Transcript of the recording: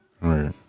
Right